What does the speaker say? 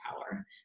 power